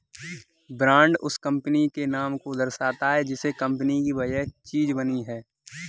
brand उस company के नाम को दर्शाता है जिस कंपनी की वह चीज बनी है